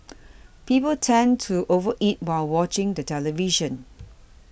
people tend to over eat while watching the television